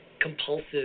compulsive